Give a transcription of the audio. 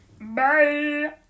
Bye